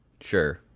Sure